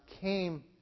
came